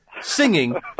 singing